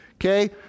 Okay